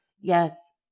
Yes